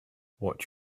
watch